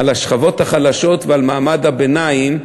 על השכבות החלשות ועל מעמד הביניים,